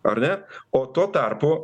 ar ne o tuo tarpu